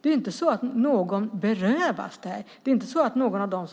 Det är inte så att någon berövas garantin. Det är inte så att någon av